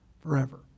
forever